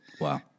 Wow